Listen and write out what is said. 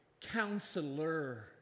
counselor